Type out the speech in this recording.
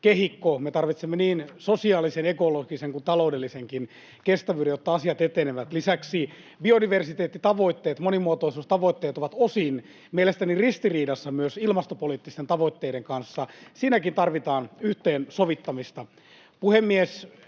kehikko. Me tarvitsemme niin sosiaalisen, ekologisen kuin taloudellisenkin kestävyyden, jotta asiat etenevät. Lisäksi biodiversiteettitavoitteet, monimuotoisuustavoitteet, ovat mielestäni osin ristiriidassa myös ilmastopoliittisten tavoitteiden kanssa. Siinäkin tarvitaan yhteensovittamista.